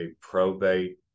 probate